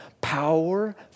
power